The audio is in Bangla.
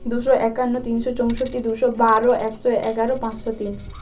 দুশো একান্ন তিনশো চৌষট্টি দুশো বারো একশো এগারো পাঁচশো তিন